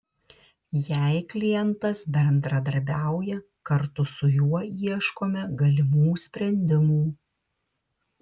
jei klientas bendradarbiauja kartu su juo ieškome galimų sprendimų